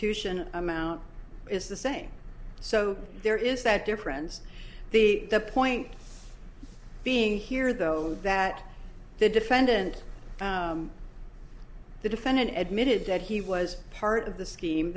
ution amount is the same so there is that difference the the point being here though that the defendant the defendant admitted that he was part of the scheme